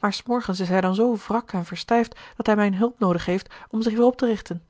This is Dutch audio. maar s morgens is hij dan zoo wrak en verstijfd dat hij mijne hulp noodig heeft om zich weêr op te richten